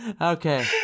Okay